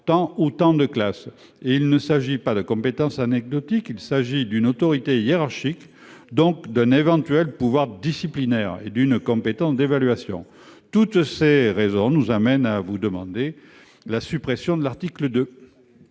de leur école. Il ne s'agit pas de compétences anecdotiques ; il s'agit d'une autorité hiérarchique, donc d'un éventuel pouvoir disciplinaire et d'une compétence d'évaluation. Pour toutes ces raisons, nous demandons la suppression de l'article 2.